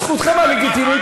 זכותכם הלגיטימית.